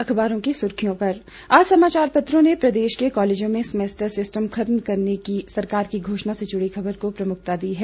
अखबारों की सुर्खियों पर आज समाचार पत्रों ने प्रदेश के कॉलेजों में सैमेस्टर सिस्टम खत्म करने की सरकार की घोषणा से जुड़ी खबर को प्रमुखता दी है